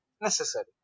necessary